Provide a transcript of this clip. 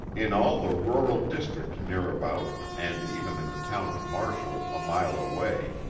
in all the rural district near about, and even in the town of marshall, a mile away,